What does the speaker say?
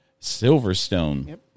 Silverstone